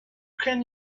can